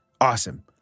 Awesome